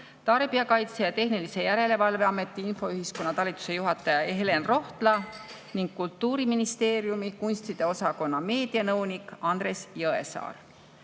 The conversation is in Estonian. Tarbijakaitse ja Tehnilise Järelevalve Ameti infoühiskonna talituse juhataja Helen Rohtla ning Kultuuriministeeriumi kunstide osakonna meedianõunik Andres Jõesaar.